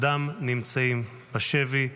שעודם נמצאים בשבי,